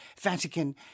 Vatican